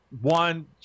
one